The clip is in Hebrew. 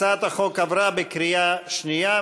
הצעת החוק עברה בקריאה שנייה.